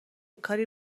کاری